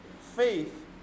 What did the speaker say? faith